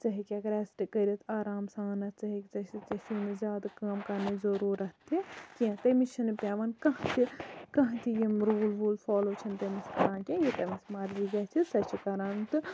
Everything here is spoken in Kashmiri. ژٕ ہیٚکَکھ ریٚسٹ کٔرِتھ آرام سانھ ژےٚ چھے نہٕ زیادٕ کٲم کَرنٕچ ضوٚروٗرَت تہِ کینٛہہ تٔمس چھ نہٕ پیٚوان کانٛہہ تہِ کانٛہہ تہِ یِم روٗل ووٗل فالو چھِ نہٕ تٔمِس پٮ۪وان کیٚنٛہہ یہِ تٔمِس مَرضی گَژھِ سۄ چھِ کَران تہٕ